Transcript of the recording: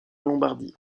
lombardie